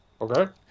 Okay